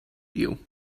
you